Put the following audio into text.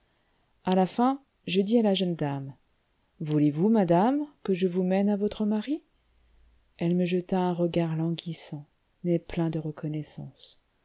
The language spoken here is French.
à la fin je dis à la jeune dame voulez-vous madame que je vous mène à votre mari elle me jeta un regard languissant mais plein de reconnaissance